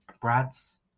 Brad's